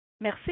Merci